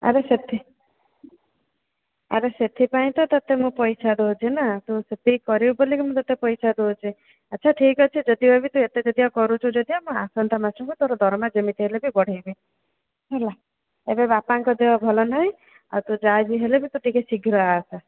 ଆରେ ସେଥି ଆରେ ସେଥିପାଇଁ ତ ତତେ ମୁଁ ପଇସା ଦେଉଛି ନା ତୁ ସେତିକି କରିବୁ ବୋଲି କି ମୁଁ ତତେ ପଇସା ଦେଉଛି ଆଛା ଠିକ୍ ଅଛି ଯଦିବା ତୁ ଏତେ କରୁଛୁ ଯଦି ମୁଁ ଆସନ୍ତା ମାସକୁ ତୋର ଦରମା ଯେମିତି ହେଲେ ବି ବଢ଼ାଇବି ହେଲା ଏବେ ବାପାଙ୍କ ଦେହ ଭଲ ନାହିଁ ଆଉ ତୁ ଯାହାବି ହେଲେବି ତୁ ଟିକେ ଶୀଘ୍ର ଆସେ